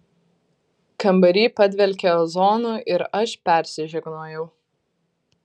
kambary padvelkė ozonu ir aš persižegnojau